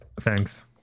Thanks